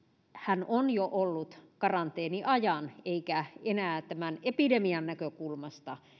hän on jo ollut karanteeniajan eikä enää tämän epidemian näkökulmasta